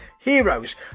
Heroes